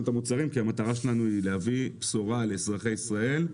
את המוצרים כי המטרה שלנו היא להביא בשורה לאזרחי ישראל,